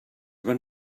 van